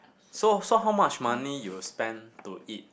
so so how much money you will spend to eat